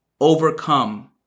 overcome